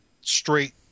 straight